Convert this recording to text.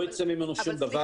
לא יצא ממנו שום דבר.